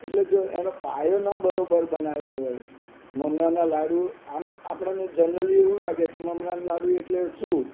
એટલે જો એનો પાયો ના બરોબર બનાવ્યો હોય મમરાના લાડુ આમ આપણને જનરલી એવું લાગે કે મમરાના લાડુ એટલે શું